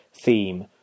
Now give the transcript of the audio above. theme